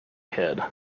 hid